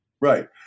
Right